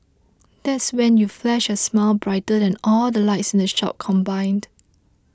that's when you flash a smile brighter than all the lights in the shop combined